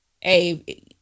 hey